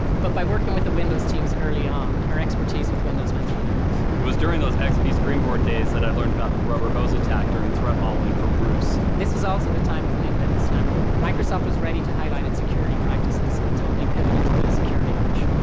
but by working with the windows teams early on, our expertise with windows went through the roof. it was during those xp springboard days that i learned about the rubber hose attack during threat modeling for bruce. this was also the time of nimda and slammer. microsoft was ready to highlight it's security practices and totally pivoted to do a security push.